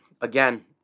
again